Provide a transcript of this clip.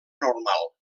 normal